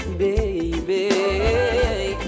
baby